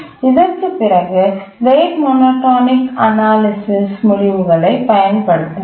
இதற்குப் பிறகு rate monotonic analysis முடிவுகளைப் பயன்படுத்தலாம்